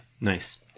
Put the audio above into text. Nice